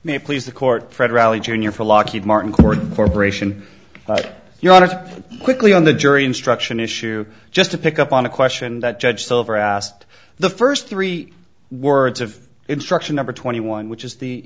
it please the court fred rally jr for lockheed martin court corporation you wanted to quickly on the jury instruction issue just to pick up on a question that judge silver asked the first three words of instruction number twenty one which is the